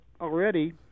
already